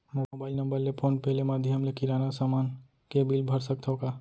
Mobile number ले phone पे ले माधयम ले किराना समान के बिल भर सकथव का?